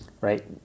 Right